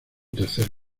tercer